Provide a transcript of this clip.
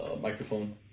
microphone